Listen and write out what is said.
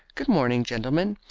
good-morning, gentlemen!